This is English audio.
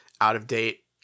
out-of-date